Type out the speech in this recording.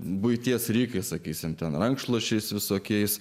buities rykais sakysime ten rankšluosčiais visokiais